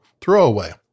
throwaway